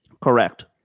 Correct